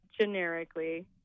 generically